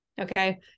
Okay